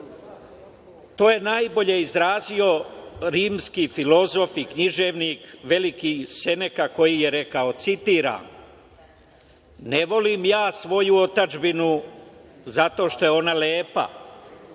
je najbolje izrazio rimski filozof i književnik veliki Seneka koji je rekao, citiram: „Ne volim ja svoju otadžbinu zato što je ona lepa,